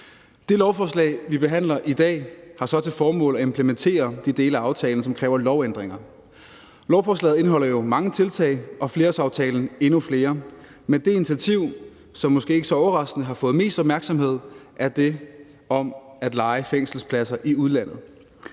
Det lovforslag, vi behandler i dag, har til formål at implementere de dele af aftalen, som kræver lovændringer. Lovforslaget indeholder jo mange tiltag og flerårsaftalen endnu flere, men det initiativ, som måske ikke så overraskende har fået mest opmærksomhed, er det om at leje fængselspladser i udlandet.